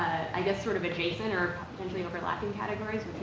i guess sort of adjacent, or potentially overlapping categories,